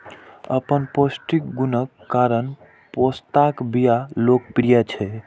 अपन पौष्टिक गुणक कारण पोस्ताक बिया लोकप्रिय छै